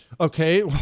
Okay